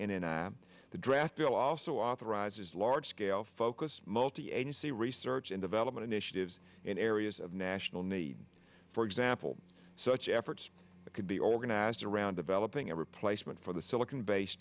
in the draft bill also authorizes large scale focus multi agency research and development initiatives in areas of national need for example such efforts could be organized around developing a replacement for the silicon base